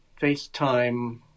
FaceTime